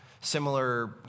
similar